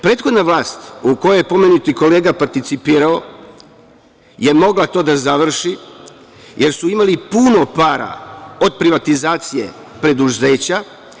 Prethodna vlast u kojoj je pomenuti kolega participirao je mogla to da završi, jer su imali puno para od privatizacije preduzeća.